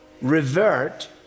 revert